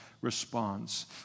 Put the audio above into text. response